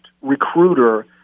recruiter